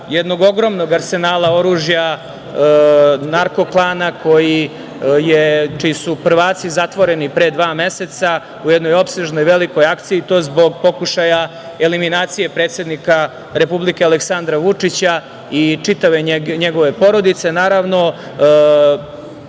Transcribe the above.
jednog ogromnog arsenala oružja narko klana čiji su prvaci zatvoreni pre dva meseca u jednoj opsežnoj velikoj akciji i to zbog pokušaja eliminacije predsednika Republike Aleksandra Vučića i čitave njegove porodice.